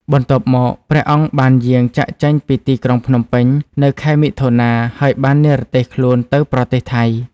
បន្ទាប់មក ព្រះអង្គបានយាងចាកចេញពីទីក្រុងភ្នំពេញនៅខែមិថុនា ហើយបាននិរទេសខ្លួនទៅប្រទេសថៃ។